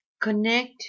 Connect